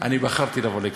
אני בחרתי לבוא לכאן.